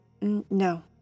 no